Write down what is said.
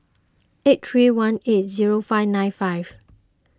eight three one eight zero five nine five